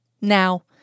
Now